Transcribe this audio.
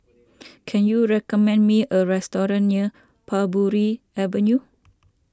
can you recommend me a restaurant near Parbury Avenue